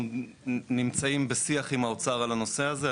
אנחנו נמצאים בשיח עם האוצר על הנושא הזה,